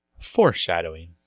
Foreshadowing